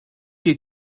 you